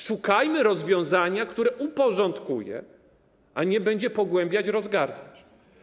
Szukajmy rozwiązania, które to uporządkuje, a nie będzie pogłębiać rozgardiasz.